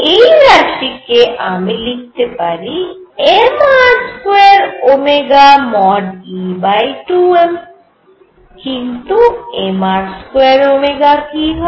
এই রাশি কে আমি লিখতে পারি mR2e2m কিন্তু mR2 কি হয়